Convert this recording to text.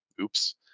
Oops